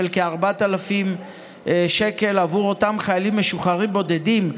כ-4,000 שקל עבור אותם חיילים משוחררים בודדים,